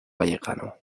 vallecano